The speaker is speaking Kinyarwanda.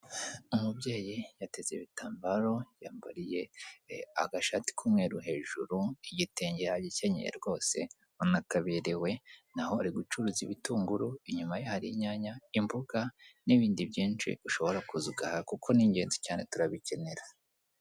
Umubyeyi yateze ibitambaro yambariye agashati k'umweru hejuru, igitenge yagikenye rwose urabona ko aberewe naho uri gucuruza ibitunguru, inyuma hari inyanya, imbuga n'ibindi byinshi ushobora kuzagaha kuko ni ingenzi cyane turabikenera.